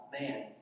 man